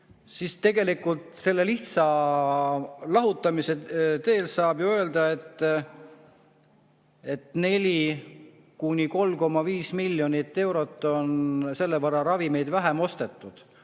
siis tegelikult selle lihtsa lahutamise peale saab ju öelda, et 3,5–4 miljoni euro eest on selle võrra ravimeid vähem ostetud.